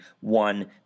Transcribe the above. one